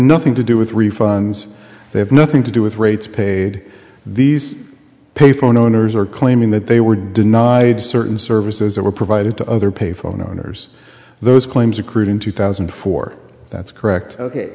nothing to do with refunds they have nothing to do with rates paid these pay phone owners are claiming that they were denied certain services that were provided to other payphone owners those claims accrued in two thousand and four that's correct ok